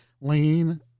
lean